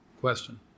Question